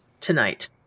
tonight